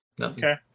Okay